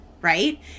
right